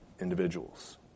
individuals